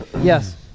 yes